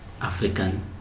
African